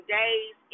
days